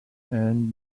and